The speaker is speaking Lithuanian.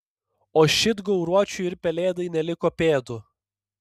o šit gauruočiui ir pelėdai neliko pėdų